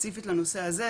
ספציפיות לנושא הזה,